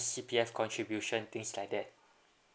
C_P_F contribution things like that